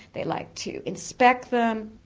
they like to inspect them.